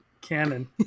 canon